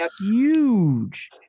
huge